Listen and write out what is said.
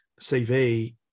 CV